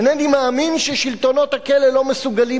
אינני מאמין ששלטונות הכלא לא מסוגלים